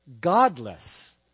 Godless